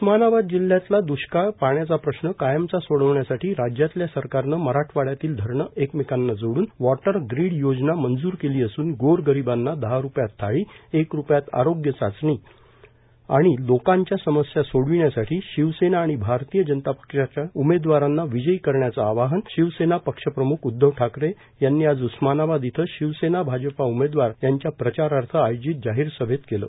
उस्मानाबाद जिल्ह्यातला दृष्काळ पाण्याचा प्रश्न कायमचा सोडवण्यासाठी राज्यातल्या सरकारने मराठवाड्यातील धरणे एकमेकांना जोडून वॉटर ग्रीड योजना मंजूर केली असून गोरगरिबांना दहा रुपयात थाळी एक रुपयात आरोग्य चाचणी आणि लोकांच्या समस्या सोडवण्यासाठी शिवसेना आणि भारतीय जनता पक्षाच्या उमेदवारांना विजयी करण्याचे आवाहन शिवसेना पक्षप्रम्ख उद्धव ठाकरे यांनी आज उस्मानाबाद इथं शिवसेना भाजपा उमेदवार यांच्या प्रचारार्थ आयोजित जाहीर सभेत केलं